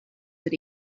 that